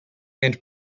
and